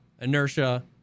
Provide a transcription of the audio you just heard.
Inertia